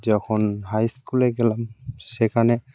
যখন হাই স্কুলে গেলাম সেখানে